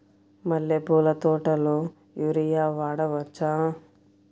మల్లె పూల తోటలో యూరియా వాడవచ్చా?